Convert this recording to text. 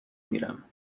میرم